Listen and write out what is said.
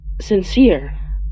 sincere